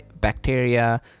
bacteria